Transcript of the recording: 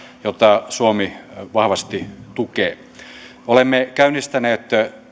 jota suomi vahvasti tukee me olemme käynnistäneet